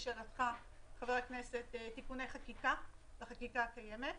לשאלתך חבר הכנסת תיקוני חקיקה בחקיקה הקיימת.